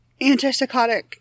antipsychotic